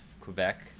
Quebec